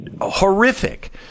horrific